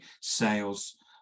sales